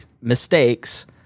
mistakes